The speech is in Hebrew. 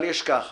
אבל יש ככה: